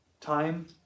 time